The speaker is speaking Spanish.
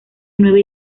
nueva